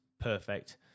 Perfect